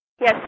Yes